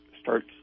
starts